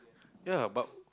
ya but